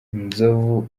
nzovu